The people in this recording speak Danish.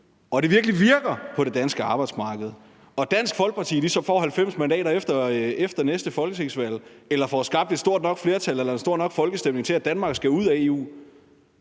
og det virkelig virker på det danske arbejdsmarked og Dansk Folkeparti så får 90 mandater efter næste folketingsvalg eller får skabt et stort nok flertal eller en stor nok folkestemning for, at Danmark skal ud af EU,